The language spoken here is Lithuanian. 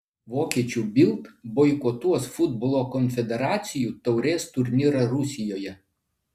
vokiečių bild boikotuos futbolo konfederacijų taurės turnyrą rusijoje